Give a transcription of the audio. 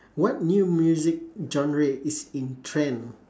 what new music genre is in trend